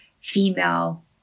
female